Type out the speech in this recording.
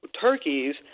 turkeys